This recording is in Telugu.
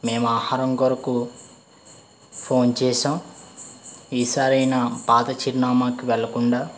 మేము ఆహారం కొరకు ఫోన్ చేసాం ఈసారి అయిన పాత చిరునామాకు వెళ్ళకుండా